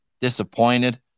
disappointed